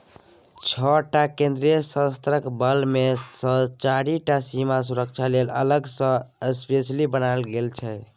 छअ टा केंद्रीय सशस्त्र बल मे सँ चारि टा सीमा सुरक्षा लेल अलग सँ स्पेसली बनाएल गेल छै